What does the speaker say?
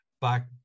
back